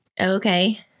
Okay